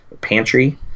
Pantry